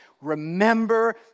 Remember